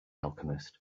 alchemist